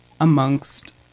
amongst